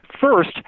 First